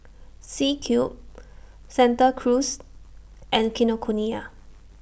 C Cube Santa Cruz and Kinokuniya